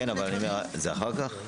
זה אחר כך?